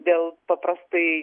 dėl paprastai